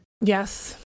Yes